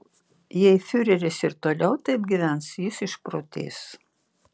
jei fiureris ir toliau taip gyvens jis išprotės